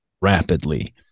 rapidly